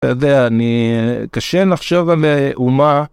אני... קשה לחשוב על אומה.